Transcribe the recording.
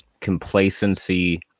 Complacency